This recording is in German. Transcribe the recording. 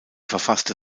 verfasste